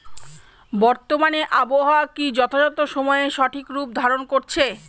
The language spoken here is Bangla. বর্তমানে আবহাওয়া কি যথাযথ সময়ে সঠিক রূপ ধারণ করছে?